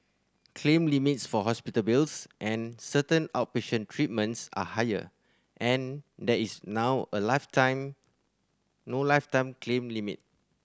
claim limits for hospital bills and certain outpatient treatments are higher and there is now a lifetime no lifetime claim limit